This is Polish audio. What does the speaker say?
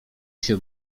się